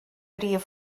rif